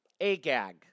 Agag